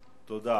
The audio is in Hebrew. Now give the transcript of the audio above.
נתקבלה.